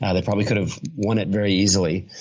ah they probably could have won it very easily.